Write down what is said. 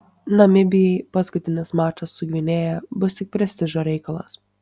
namibijai paskutinis mačas su gvinėja bus tik prestižo reikalas